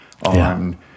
on